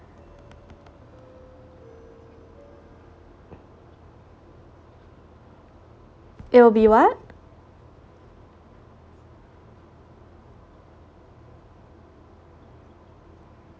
it will be what